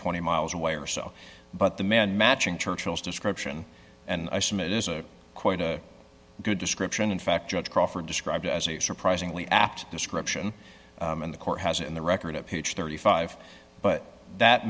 twenty miles away or so but the man matching churchill's description and i submit is a quite a good description in fact judge crawford described it as a surprisingly apt description and the court has it in the record at page thirty five but that